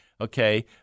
okay